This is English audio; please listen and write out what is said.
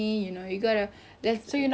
or is it you nak pembantu rumah